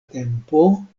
tempo